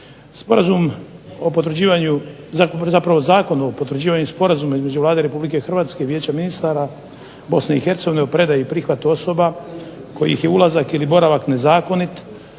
Sporazum o potvrđivanju zapravo Zakon o potvrđivanju Sporazumi između Vlada Republike Hrvatske i Vijeća ministara BiH o predaji i prihvatu osoba kojih je ulazak ili boravak nezakonit